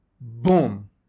Boom